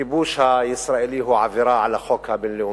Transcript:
הכיבוש הישראלי הוא עבירה על החוק הבין-לאומי,